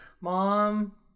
Mom